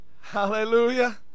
Hallelujah